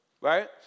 right